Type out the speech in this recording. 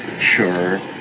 sure